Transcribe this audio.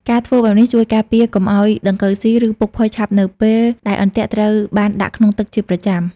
ការធ្វើបែបនេះជួយការពារកុំឲ្យដង្កូវស៊ី ឬពុកផុយឆាប់នៅពេលដែលអន្ទាក់ត្រូវបានដាក់ក្នុងទឹកជាប្រចាំ។